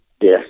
Yes